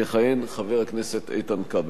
יכהן חבר הכנסת איתן כבל.